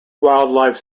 wildlife